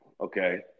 okay